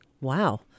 Wow